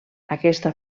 aquesta